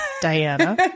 Diana